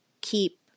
keep